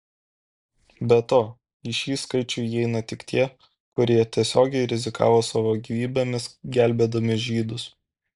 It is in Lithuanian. be to į šį skaičių įeina tik tie kurie tiesiogiai rizikavo savo gyvybėmis gelbėdami žydus